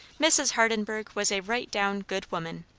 mrs. hardenburgh was a right-down good woman.